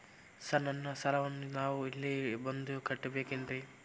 Sir ನನ್ನ ಸಾಲವನ್ನು ನಾನು ಇಲ್ಲೇ ಬಂದು ಕಟ್ಟಬೇಕೇನ್ರಿ?